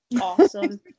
awesome